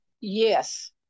yes